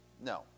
No